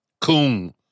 coon